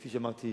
כפי שאמרתי,